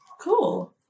cool